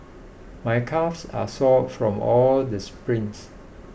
my calves are sore from all the sprints